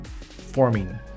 forming